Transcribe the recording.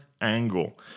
angle